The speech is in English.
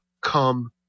come